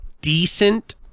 decent